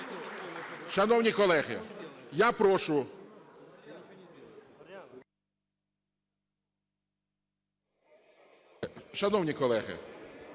шановні колеги, я прошу… Шановні колеги,